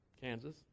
kansas